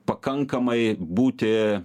pakankamai būti